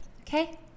okay